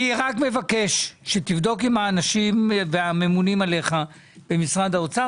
מבקש שתבדוק עם הממונים עליך במשרד האוצר,